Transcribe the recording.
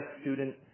student